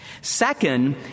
Second